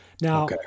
Now